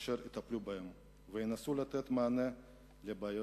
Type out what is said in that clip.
אשר יטפלו בהם וינסו לתת מענה לבעיותיהם,